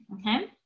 Okay